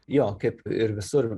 jo kaip ir visur